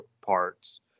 parts